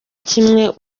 kimwe